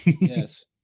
Yes